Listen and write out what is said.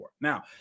now